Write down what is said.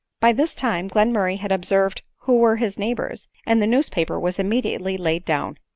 by this. time glenmurray had observed who were his neighbors, and the newspaper was immediately laid down.